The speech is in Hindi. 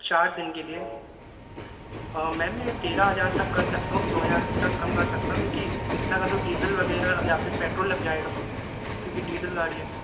चार दिन के लिए मैम मैं तेरह हज़ार तक कर सकता हूँ दो हज़ार तक कम कर सकता हूँ क्योंकि इतने का तो डीजल वगैरह या फिर पेट्रोल लग जाएगा क्योंकि डीजल गाड़ी है